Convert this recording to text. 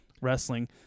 Wrestling